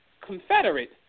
Confederate